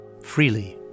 freely